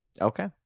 Okay